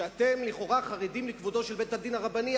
שלכאורה חרדים לכבודו של בית-הדין הרבני,